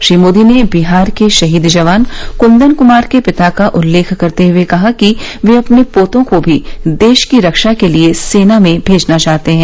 श्री मोदी ने बिहार के शहीद जवान कुंदन कुमार के पिता का उल्लेख करते हुए कहा कि वे अपने पोतों को भी देश की रक्षा के लिए सेना में भेजना चाहते हैं